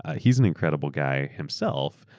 ah heaeurs an incredible guy himself,